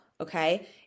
okay